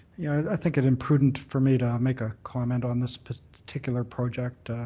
yeah i think it imprudent for me to make a comment on this particular project.